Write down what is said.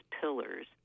pillars